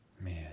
man